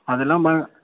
அதலாம் பயம்